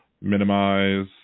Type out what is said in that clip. minimize